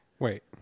Wait